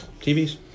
TVs